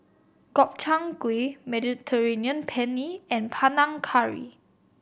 Gobchang Gui Mediterranean Penne and Panang Curry